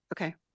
Okay